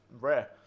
rare